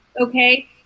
Okay